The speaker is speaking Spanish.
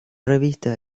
revista